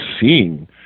seeing